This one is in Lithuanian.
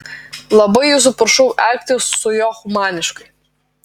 labai jūsų prašau elgtis su juo humaniškai